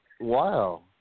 Wow